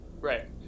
Right